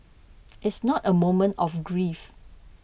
it's not a moment of grief